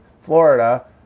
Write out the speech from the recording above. Florida